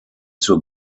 zur